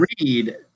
read